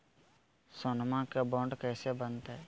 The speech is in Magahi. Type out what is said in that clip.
सोनमा के बॉन्ड कैसे बनते?